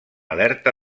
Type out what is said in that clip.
alerta